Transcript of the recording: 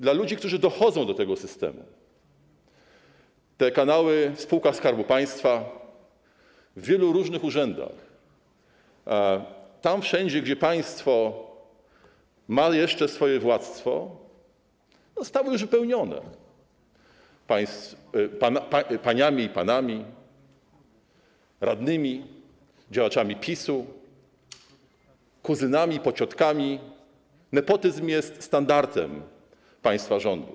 Dla ludzi, którzy dochodzą do tego systemu, kanały w spółkach Skarbu Państwa, w wielu różnych urzędach, wszędzie tam, gdzie państwo ma jeszcze swoje władztwo, zostały już wypełnione paniami, panami, radnymi, działaczami PiS-u, kuzynami, pociotkami - nepotyzm jest standardem państwa rządów.